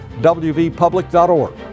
wvpublic.org